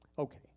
Okay